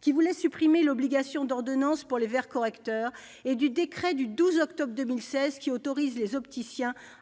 qui tendait à supprimer l'obligation d'ordonnance pour les verres correcteurs, et du décret du 12 octobre 2016, qui autorise les opticiens à